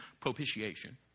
propitiation